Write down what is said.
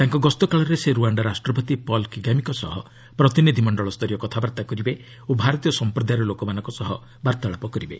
ତାଙ୍କ ଗସ୍ତକାଳରେ ସେ ରୁଆଣ୍ଡା ରାଷ୍ଟ୍ରପତି ପଲ୍ କଗାମିଙ୍କ ସହ ପ୍ରତିନିଧ୍ୟମଣ୍ଡଳ ସ୍ତରୀୟ କଥାବାର୍ଭା କରିବେ ଓ ଭାରତୀୟ ସମ୍ପ୍ରଦାୟର ଲୋକମାନଙ୍କ ସହ ବାର୍ତ୍ତାଳାପ କରିବେ